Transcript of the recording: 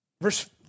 Verse